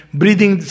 breathing